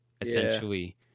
essentially